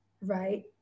right